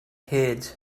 heard